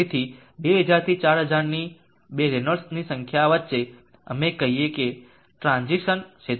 તેથી 2000 થી 4000 ની બે રેનોલ્ડ્સની સંખ્યા વચ્ચે અમે કહીએ કે ટ્રાન્ઝીસન ક્ષેત્ર છે